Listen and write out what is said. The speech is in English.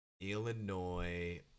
Illinois-